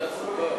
ועדת חוקה.